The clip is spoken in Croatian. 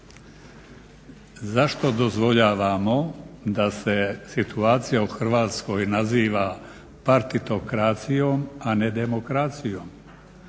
Zašto dozvoljavamo da se situacija u Hrvatskoj naziva partitokracijom, a ne demokracijom,